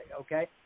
okay